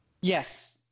Yes